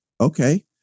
okay